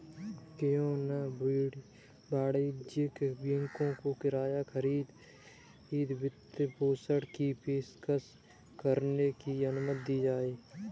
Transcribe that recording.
क्यों न वाणिज्यिक बैंकों को किराया खरीद वित्तपोषण की पेशकश करने की अनुमति दी जाए